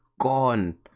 gone